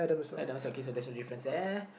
oh that was your case so there's no difference there